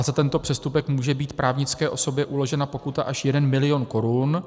Za tento přestupek může být právnické osobě uložena pokuta až 1 mil. korun.